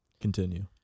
continue